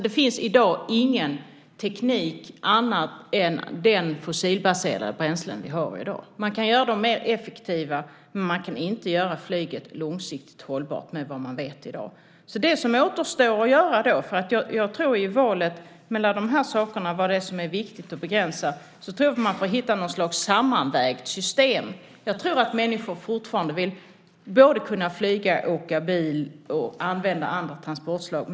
Det finns i dag ingen annan teknik än den för fossilbaserade bränslen. Den kan göras mer effektiv, men det går inte att göra flyget långsiktigt hållbart med vad man vet i dag. I valet mellan dessa saker och vad som är viktigt att begränsa får man hitta något slags sammanvägt system. Jag tror att människor fortfarande vill kunna både flyga, åka bil och använda andra transportslag.